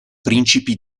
principi